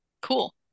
Cool